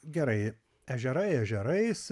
gerai ežerai ežerais